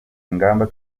ingamba